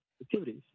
activities